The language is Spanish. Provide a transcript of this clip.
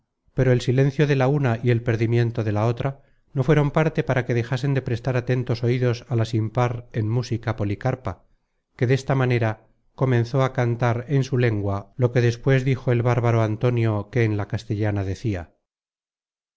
pero el silencio de la una y el perdimiento de la otra no fueron parte para que dejasen de prestar atentos oidos á la sin par en música policarpa que desta manera comenzó á cantar en su lengua lo que despues dijo el bárbaro antonio que en la castellana decia